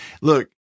look